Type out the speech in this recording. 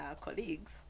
colleagues